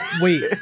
Wait